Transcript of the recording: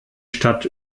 stadt